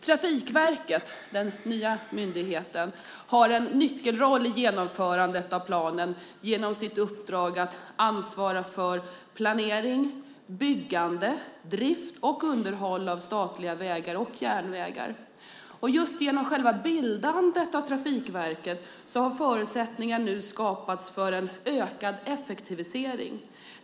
Trafikverket, den nya myndigheten, har en nyckelroll i genomförandet av planen genom sitt uppdrag att ansvara för planering, byggande, drift och underhåll av statliga vägar och järnvägar. Just genom själva bildandet av Trafikverket har förutsättningar nu skapats för en ökad effektivisering.